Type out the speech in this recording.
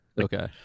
okay